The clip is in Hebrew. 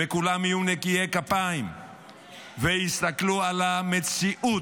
וכולם יהיו נקיי כפיים ויסתכלו על המציאות